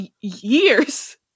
years